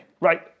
right